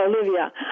Olivia